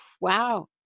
Wow